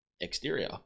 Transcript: exterior